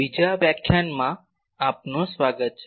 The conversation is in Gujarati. બીજા વ્યાખ્યાનમાં આપનું સ્વાગત છે